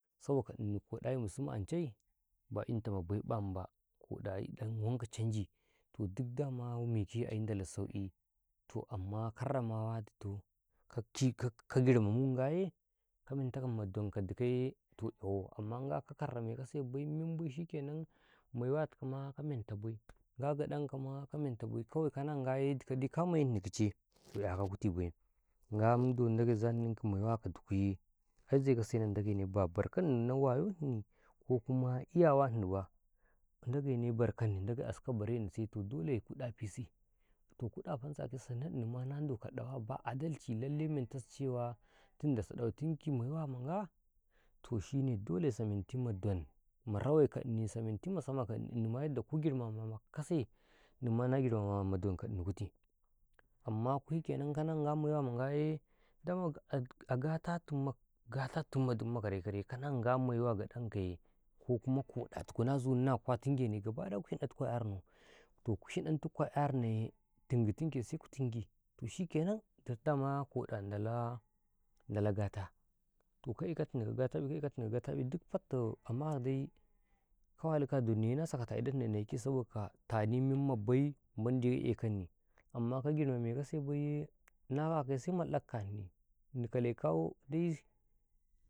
﻿Saboka ini koɗayi musumma ancai ba intamabaiƃamba koɗayi wanka canji dik dama mekeyi ai ndala sauki toh amma karramawane tai ka cikgirmamu ngaye madonka dikawye toh ƙyawo amma ngwa ka karramekasebai membai toh shikenan maiwatikawma ka menta bai nga gadankama kamentabai kawai kana ngaye dikaw dai ka maini kicai toh 'yako kicebai nga don Ndege zannninki maiwaka dukuye aize kasa na Ndege ne ba barkani na wayoni ko kuma gwanintani ba Ndege ne zanninki don maiwa kadukuye aizekase na ndagai ba barkani Ndagebaya nahwayottini kokuma ewatinibah ndagaine barehni askaw bareni setoh dole ku ɗafise tohku ɗafansakaya sanna inima na njoka ɗawa ba adalki lalle mentasi cewa tunda sa ɗautinki maiwama nga toh shine dole saa menti madon marawe ka i ka samaka ini inma yadda ku girmamakase inima na girmama madon ka ini kutu amma shikenan kanangwa maiwama ngwaye dama a gatatinma gatatinma dimma karai-karai kana ngwa maiwama ngwaye dama a gatatinma dimma karai-karai kana ngwa maiwa gaɗankawye kokuma kaɗa tuku nazu nonna lauke seku yinɗa tuku a ƙyarno tohku shinɗan seku a ƙyarnaye tingatinkiya sekutingi toh shikenan toh dama koda ndalau gata tohka ekawni ka gataƃi ka ekawni ka gataƃi dik fatta amadai ka walukaw adonniya na sakata idani naike saboka tani membai bai mandi ka ekawni amma ka girmamekase baiye nakakaye semalɗaka kani ini kalekaw di.